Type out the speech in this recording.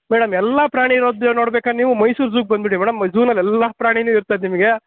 madam ಎಲ್ಲ ಪ್ರಾಣಿಗಳ ನೀವು ನೋಡ್ಬೇಕಾರೆ ನೀವು ಮೈಸೂರು ಝೂಗೆ ಬಂದುಬಿಡಿ ಮೇಡಮ್ ಝೂನಲ್ಲಿ ಎಲ್ಲಾ ಪ್ರಾಣೀನೂ ಇರ್ತದೆ ನಿಮಗೆ